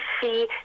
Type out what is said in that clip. see